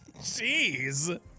Jeez